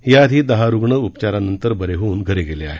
याआधी दहा रुग्ण उपचारानंतर बरे होऊन घरी गेले आहेत